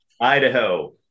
Idaho